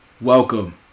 Welcome